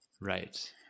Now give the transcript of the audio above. right